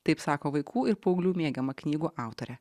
taip sako vaikų ir paauglių mėgiama knygų autorė